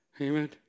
Amen